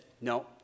no